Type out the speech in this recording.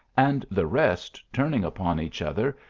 and the rest turning upon each other,